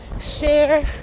share